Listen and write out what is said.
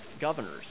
governors